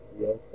Yes